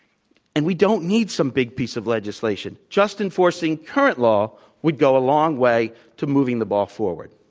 and we don't need some big piece of legislation. just enforcing current law would go a long way to moving the ball forward.